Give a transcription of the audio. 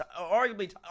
arguably